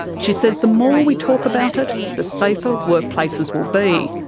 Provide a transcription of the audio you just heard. she says the more we talk about it, the safer workplaces will be.